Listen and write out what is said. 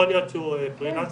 יכול להיות שהוא פרילנסר,